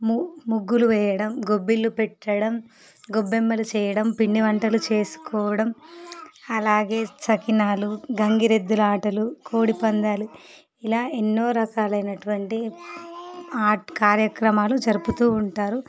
ముగ్గులు వేయడం గొబ్బిళ్ళు పెట్టడం గొబ్బెమ్మలు చేయడం పిండి వంటలు చేసుకోవడం అలాగే సకినాలు గంగిరెద్దుల ఆటలు కోడి పందాలు ఇలా ఎన్నో రకాలైనటువంటి కార్యక్రమాలు జరుపుతూ ఉంటారు